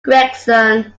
gregson